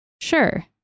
sure